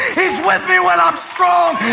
he's with me when i'm strong.